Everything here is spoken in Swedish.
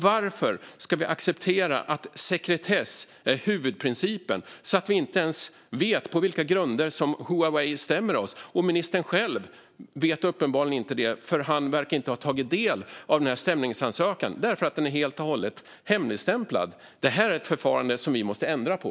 Varför ska vi acceptera att sekretess är huvudprincipen så att vi inte ens vet på vilka grunder som Huawei stämmer oss? Ministern själv vet uppenbarligen inte det. Han verkar inte ha tagit del av stämningsansökan, därför att den är helt och hållet hemligstämplad. Det är ett förfarande som vi måste ändra på.